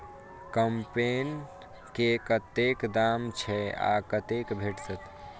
कम्पेन के कतेक दाम छै आ कतय भेटत?